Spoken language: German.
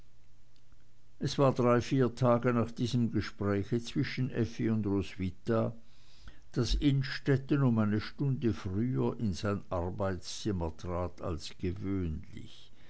es war drei vier tage nach diesem gespräche zwischen effi und roswitha daß innstetten um eine stunde früher in sein arbeitszimmer trat als gewöhnlich